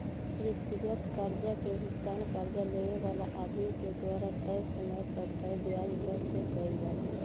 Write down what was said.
व्यक्तिगत कर्जा के भुगतान कर्जा लेवे वाला आदमी के द्वारा तय समय पर तय ब्याज दर से कईल जाला